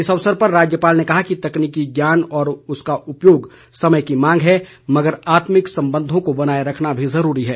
इस अवसर पर राज्यपाल ने कहा कि तकनीकी ज्ञान और उसका उपयोग समय की मांग है मगर आत्मिक संबंधों को बनाए रखना भी जरूरी है